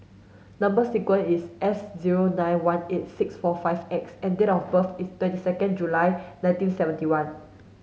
number sequence is S zero nine one eight six four five X and date of birth is twenty second July nineteen seventy one